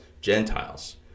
Gentiles